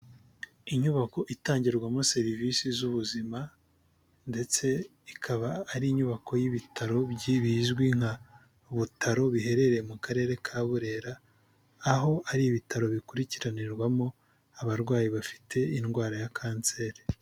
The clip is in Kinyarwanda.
Inyubako itangirwamo serivisi z'ubuzima ndetse ikaba ari inyubako y'ibitaro bizwi nka Butaro biherereye mu karere ka Burera, aho ari ibitaro bikurikiranirwamo abarwayi bafite indwara ya kanseri.